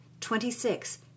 twenty-six